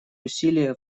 усилия